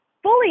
fully